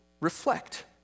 reflect